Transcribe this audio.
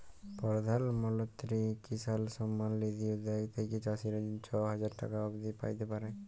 পরধাল মলত্রি কিসাল সম্মাল লিধি উদ্যগ থ্যাইকে চাষীরা ছ হাজার টাকা অব্দি প্যাইতে পারে